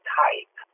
type